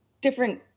different